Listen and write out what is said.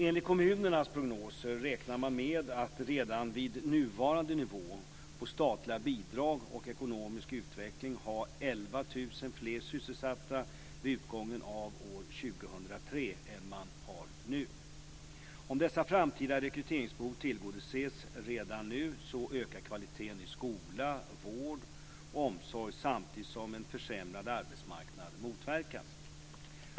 Enligt kommunernas prognoser räknar man med att redan vid nuvarande nivå på statliga bidrag och ekonomisk utveckling ha 11 000 fler sysselsatta vid utgången av år 2003 än man har nu. Om dessa framtida rekryteringsbehov tillgodoses redan nu ökar kvaliteten i skola, vård och omsorg samtidigt som en försämrad arbetsmarknad motverkas.